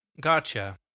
Gotcha